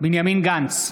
בנימין גנץ,